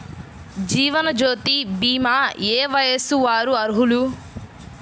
జీవనజ్యోతి భీమా ఏ వయస్సు వారు అర్హులు?